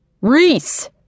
Reese